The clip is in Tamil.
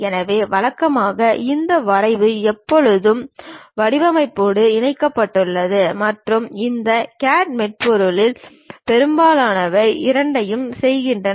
எனவே வழக்கமாக இந்த வரைவு எப்போதுமே வடிவமைப்போடு இணைக்கப்பட்டுள்ளது மற்றும் இந்த CAD மென்பொருளில் பெரும்பாலானவை இரண்டையும் செய்கின்றன